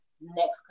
next